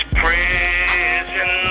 prison